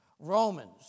Romans